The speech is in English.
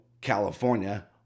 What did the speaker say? california